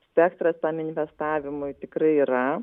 spektras tam investavimui tikrai yra